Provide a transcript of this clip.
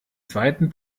zweiten